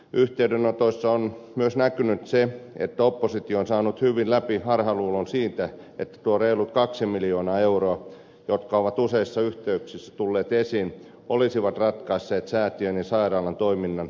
yhteydenotoissa on näkynyt myös se että oppositio on saanut hyvin läpi harhaluulon siitä että nuo reilut kaksi miljoonaa euroa jotka ovat useissa yhteyksissä tulleet esiin olisivat ratkaisseet säätiön ja sairaalan toiminnan kestävällä tavalla